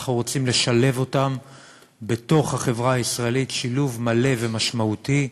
אנחנו רוצים לשלב אותם בתוך החברה הישראלית שילוב מלא ומשמעותי.